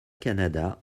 canada